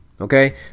Okay